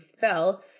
fell